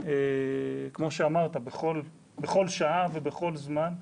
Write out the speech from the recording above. כמו שאמרת, בכל שעה, בכל זמן.